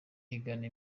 igana